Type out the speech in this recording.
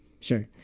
Sure